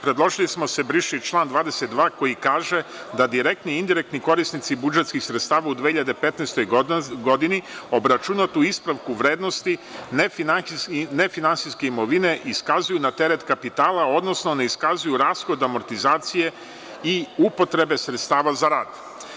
Predložili smo da se briše i član 22. koji kaže da direktni i indirektni korisnici budžetskih sredstava u 2015. godini obračunatu ispravku vrednosti nefinansijske imovine iskazuju na teret kapitala, odnosno ne iskazuju rashod amortizacije i upotrebe sredstava za rad.